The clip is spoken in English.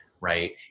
right